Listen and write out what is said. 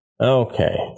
Okay